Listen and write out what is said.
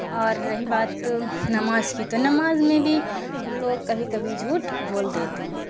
اور رہی بات نماز کی تو نماز میں بھی ہم لوگ کبھی کبھی جھوٹ بول دیتے ہیں